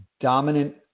dominant